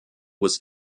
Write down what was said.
was